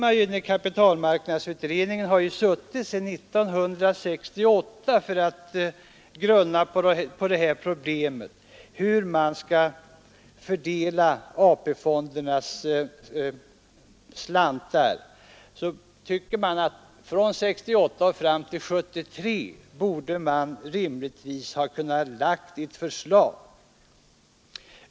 Men eftersom kapitalmarknadsutredningen sedan 1968 har suttit och grunnat på problemet hur slantarna i AP-fonderna skall fördelas, tycker man att den fram till 1973 rimligtvis borde ha kunnat lägga fram ett förslag.